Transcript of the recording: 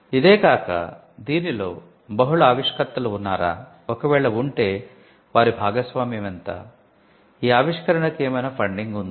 ఇదే కాక దీనిలో బహుళ ఆవిష్కర్తలు ఉన్నారా ఒక వేళ ఉంటే వారి భాగస్వామ్యం ఎంత ఈ ఆవిష్కరణకు ఏమైనా ఫండింగ్ ఉందా